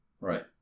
Right